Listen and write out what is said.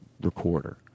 recorder